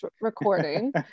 recording